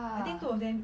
I think two of them